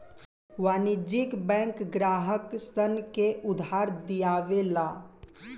वाणिज्यिक बैंक ग्राहक सन के उधार दियावे ला